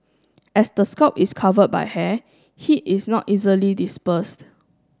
as the scalp is covered by hair heat is not easily dispersed